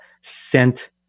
sent